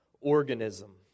organism